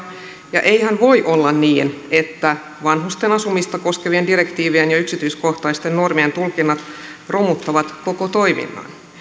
ja eihän voi olla niin että vanhusten asumista koskevien direktiivien ja yksityiskohtaisten normien tulkinnat romuttavat koko toiminnan